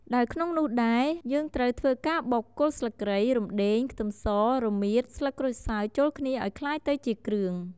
ដែលក្នុងនោះដែរ យើងត្រូវធ្វើការបុក គល់ស្លឹកគ្រៃ រំដេង ខ្ទឹមស រមៀត ស្លឹកក្រូចសើចចូលគ្នាអោយក្លាយទៅជាគ្រឿង។